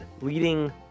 leading